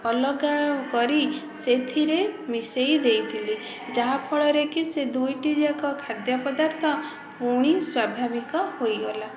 ଅଲଗା କରି ସେଥିରେ ମିଶେଇ ଦେଇଥିଲି ଯାହାଫଳରେକି ସେ ଦୁଇଟି ଯାକ ଖାଦ୍ୟ ପଦାର୍ଥ ପୁଣି ସ୍ଵାଭାବିକ ହୋଇଗଲା